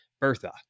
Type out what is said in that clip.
Bertha